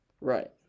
Right